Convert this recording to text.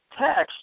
text